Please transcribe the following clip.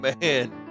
man